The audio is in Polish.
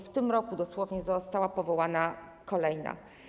W tym roku dosłownie została powołana kolejna.